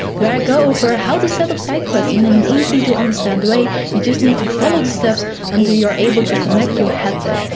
where i go over how to setup sidequest in an easy to understand way. you just need to follow the steps until you're able to connect your headset.